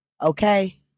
Okay